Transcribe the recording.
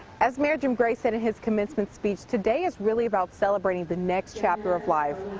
as mayor jim gray said in his commencement speech, today is really about celebrating the next chapter of life.